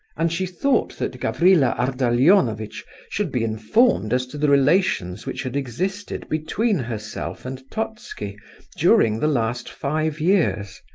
and she thought that gavrila ardalionovitch should be informed as to the relations which had existed between herself and totski during the last five years.